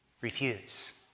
refuse